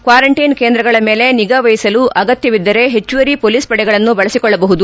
quarantine ಕೇಂದ್ರಗಳ ಮೇಲೆ ನಿಗಾ ವಹಿಸಲು ಅಗತ್ಯಬಿದ್ದರೆ ಹೆಚ್ಚುವರಿ ಪೊಲೀಸ್ ಪಡೆಗಳನ್ನು ಬಳಸಿಕೊಳ್ಳಬಹುದು